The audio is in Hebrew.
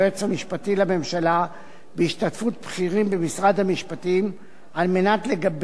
המשפטי לממשלה בהשתתפות בכירים במשרד המשפטים כדי לגבש